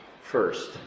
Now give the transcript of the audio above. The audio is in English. first